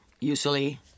usually